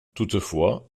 toutefois